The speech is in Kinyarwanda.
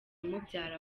umubyara